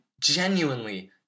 genuinely